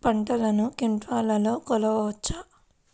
పంటను క్వింటాల్లలో కొలవచ్చా?